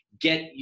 get